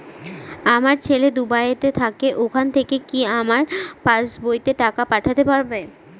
আমার ছেলে দুবাইতে থাকে ওখান থেকে কি আমার পাসবইতে টাকা পাঠাতে পারবে?